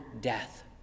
death